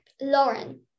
Lauren